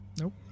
Nope